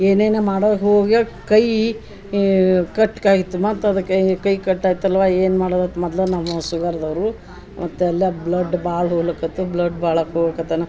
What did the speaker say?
ಏನೇನು ಮಾಡೋಕೆ ಹೋಗ್ಯ ಕೈಯಿ ಕಟ್ಕ ಆಯ್ತ ಮತ್ತೆ ಅದಕ್ಕೆ ಈ ಕೈ ಕಟ್ಟಾಯ್ತ ಅಲ್ಲವಾ ಏನು ಮಾಡೊದತ್ ಮೊದ್ಲ ನಾವು ಶುಗರ್ದವರು ಮತ್ತೆಲ್ಲ ಬ್ಲಡ್ ಭಾಳ್ ಹೊಗ್ಲಿಕತ್ವು ಬ್ಲಡ್ ಭಾಳಕ್ ಹೋಗಕತನ